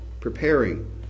preparing